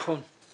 נכון.